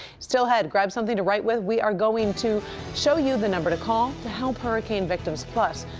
still ahead, grab something to write with. we're going to show you the number to call to help hurricane victims. plus,